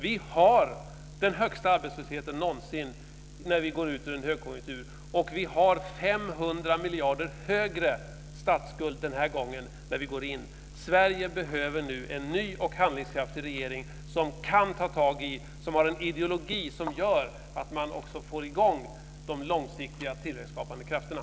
Vi har den högsta arbetslösheten någonsin när vi går ut ur en högkonjunktur, och vi har 500 miljarder kronor högre statsskuld den här gången när vi går in i en lågkonjunktur. Sverige behöver nu en ny och handlingskraftig regering som har en ideologi som gör att det går att få i gång de långsiktiga tillväxtskapande krafterna.